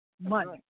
money